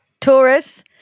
Taurus